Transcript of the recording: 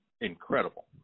incredible